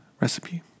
recipe